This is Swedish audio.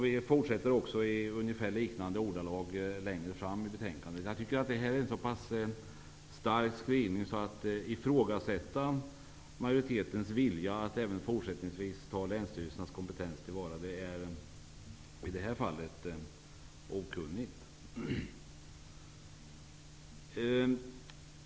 Vi fortsätter i liknande ordalag längre fram i betänkandet. Detta är en så pass stark skrivning att det i det här fallet är okunnigt att ifrågasätta majoritetens vilja att även fortsättningsvis ta till vara länsstyrelsernas kompetens.